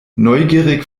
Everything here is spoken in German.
neugierig